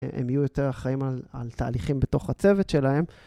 הם יהיו יותר אחראים על תהליכים בתוך הצוות שלהם.